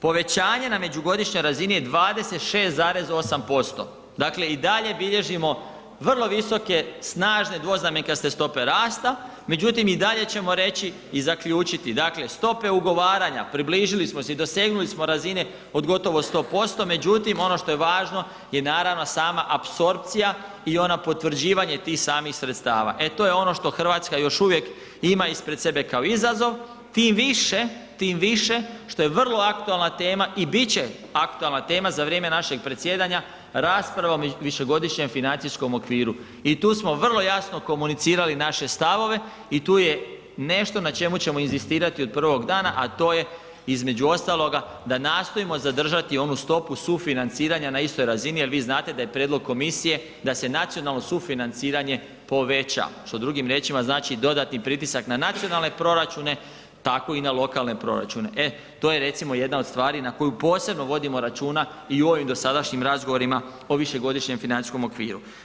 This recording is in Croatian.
Povećanje na međugodišnjoj razini je 26,8% dakle i dalje bilježimo vrlo visoke snažne dvoznamenkaste stope rasta, međutim i dalje ćemo reći i zaključiti, dakle stope ugovaranja približili smo si, dosegnuli smo razine od gotovo 100%, međutim ono što je važno je naravno sama apsorpcija i onda potvrđivanje tih samih sredstava, e to je ono što RH još uvijek ima ispred sebe kao izazov, tim više, tim više što je vrlo aktualna tema i bit će aktualna tema za vrijeme našeg predsjedanja, rasprava o višegodišnjem financijskom okviru i tu smo vrlo jasno komunicirali naše stavove i tu je nešto na čemu ćemo inzistirati od prvog dana, a to je između ostaloga da nastojimo zadržati onu stopu sufinanciranja na istoj razini jel vi znate da je prijedlog komisije da se nacionalno sufinanciranje poveća, što drugim riječima znači dodatni pritisak na nacionalne proračune, tako i na lokalne proračune, e to je recimo jedna od stvari na koju posebno vodimo računa i u ovim dosadašnjim razgovorima o višegodišnjem financijskom okviru.